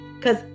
Cause